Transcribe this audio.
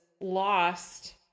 lost